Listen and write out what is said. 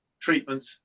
Treatments